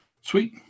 sweet